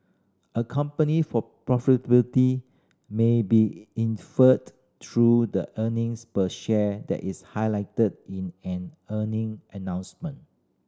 a company for profitability may be inferred through the earnings per share that is highlighted in an earning announcement